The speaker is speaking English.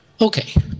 Okay